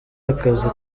akazi